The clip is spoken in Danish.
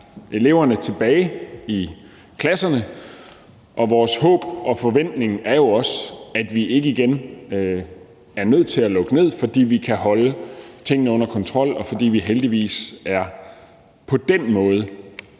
eleverne tilbage i klasserne, og vores håb og forventning er jo også, at vi ikke igen er nødt til at lukke ned, fordi vi kan holde tingene under kontrol, og fordi vi heldigvis på den måde